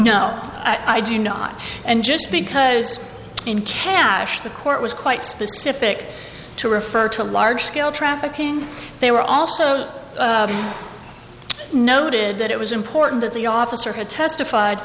no i do not and just because in cash the court was quite specific to refer to large scale trafficking they were also noted that it was important that the officer who testified